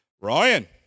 Ryan